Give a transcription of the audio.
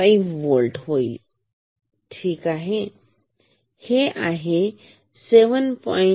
5 होल्ट ठीक हे आहे 7